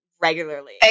regularly